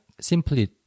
simply